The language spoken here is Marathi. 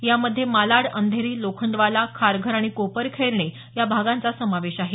यामध्ये मालाड अंधेरी लोखंडवाला खारघर आणि कोपरखैरणे या भागांचा समावेश आहे